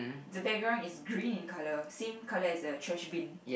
the background is green in colour same colour as a trashbin